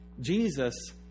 Jesus